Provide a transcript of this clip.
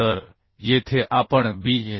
तर येथे आपण BS